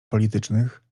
politycznych